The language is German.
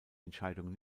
entscheidung